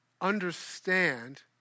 understand